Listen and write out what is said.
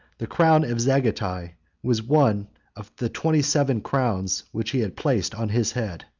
the crown of zagatai was one of the twenty-seven crowns which he had placed on his head.